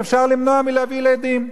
אפשר למנוע מלהביא ילדים.